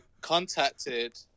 contacted